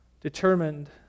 determined